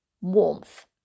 warmth